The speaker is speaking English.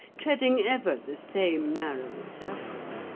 treading ever the same narrow circle?